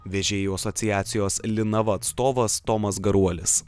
vežėjų asociacijos linava atstovas tomas garuolis